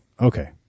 okay